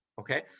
okay